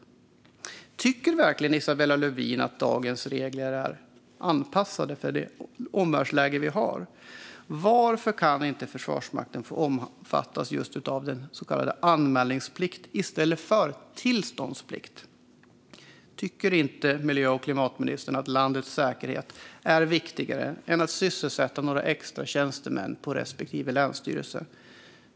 Tycker verkligen Isabella Lövin att dagens regler är anpassade för det omvärldsläge vi har? Varför kan inte Försvarsmakten få omfattas av så kallad anmälningsplikt i stället för tillståndsplikt? Tycker inte miljö och klimatministern att landets säkerhet är viktigare än att sysselsätta några extra tjänstemän på respektive länsstyrelse?